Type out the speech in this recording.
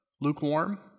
lukewarm